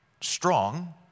strong